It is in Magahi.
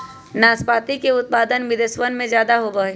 नाशपाती के उत्पादन विदेशवन में ज्यादा होवा हई